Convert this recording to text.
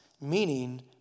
meaning